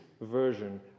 version